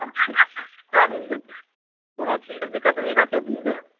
सबटा एकरा सबहक सुविधा मिल जेतै कोनो चीजके दिक्कत नहि रहतै अपनेके